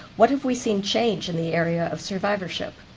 what have we seen change in the area of survivorship?